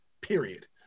Period